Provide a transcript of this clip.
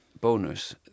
Bonus